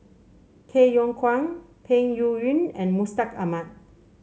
Tay Yong Kwang Peng Yuyun and Mustaq Ahmad